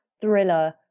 thriller